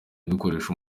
dukoresha